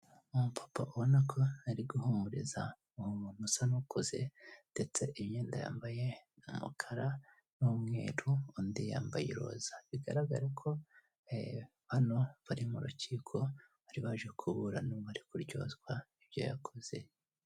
Umu papa ubona ko ari guhumuriza uwo muntu usa n'ukuze ndetse imyenda yambaye n umukara n'umweru undi yambaye roza bigaragara ko bano bari mu rukiko bari baje kubu n'uwari kuryozwa ibyo yakoze.